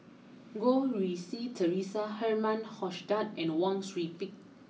Goh Rui Si Theresa Herman Hochstadt and Wang Sui Pick